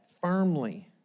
firmly